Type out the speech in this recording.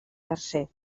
tercer